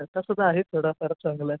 आत्तासुद्धा आहे थोडाफार चांगला आहे